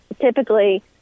typically